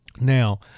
Now